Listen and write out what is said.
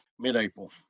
mid-April